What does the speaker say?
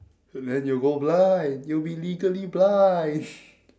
and then you'll go blind you'll be legally blind